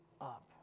up